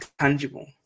tangible